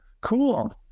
cool